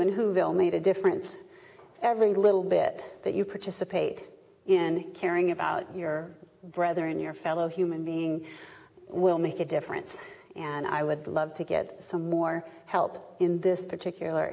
and who will made a difference every little bit that you participate in caring about your brother and your fellow human being will make a difference and i would love to get some more help in this particular